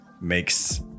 makes